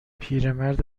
پیرمرد